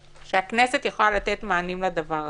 כשהכנסת יכולה לתת מענים לדבר הזה.